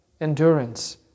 endurance